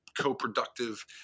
co-productive